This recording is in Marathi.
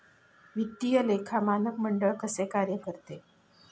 वित्तीय लेखा मानक मंडळ कसे कार्य करते?